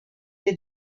des